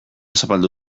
zapaldu